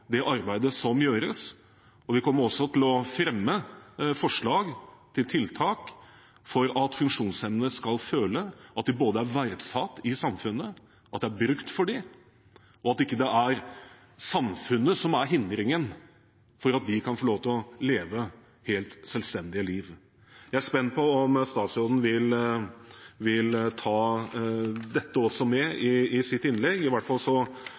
arbeidet som gjøres, og vi kommer også til å fremme forslag til tiltak for at funksjonshemmede skal føle både at de er verdsatt i samfunnet, at det er bruk for dem, og at det ikke er samfunnet som er hindringen for at de kan få lov til å leve helt selvstendige liv. Jeg er spent på om statsråden også vil ta dette med i sitt innlegg. Jeg har i hvert fall